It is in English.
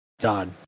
god